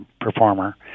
performer